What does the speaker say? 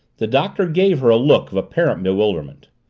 the doctor gave her a look of apparent bewilderment.